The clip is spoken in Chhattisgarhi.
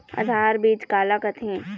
आधार बीज का ला कथें?